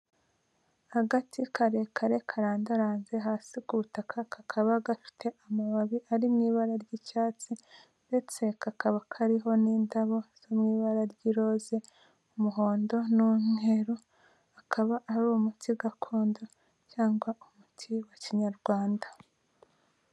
Agati karekare karandaranze hasi ku butaka kakaba gafite amababi ari mu ibara ry'icyatsi ndetse kakaba kariho n'indabo zo mu ibara ry'iroze, umuhondo n'umweru akaba ari umuti gakondo cyangwa umuti wa kinyarwanda.